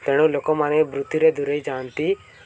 ତେଣୁ ଲୋକମାନେ ବୃତ୍ତିରେ ଦୂରେଇ ଯାଆନ୍ତି